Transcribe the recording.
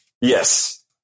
Yes